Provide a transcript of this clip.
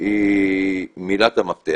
היא מילת המפתח